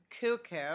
cuckoo